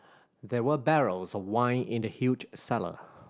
there were barrels of wine in the huge cellar